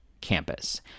Campus